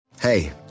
Hey